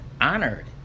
honored